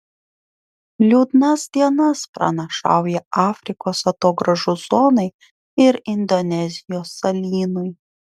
liūdnas dienas pranašauja afrikos atogrąžų zonai ir indonezijos salynui